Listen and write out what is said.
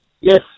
Yes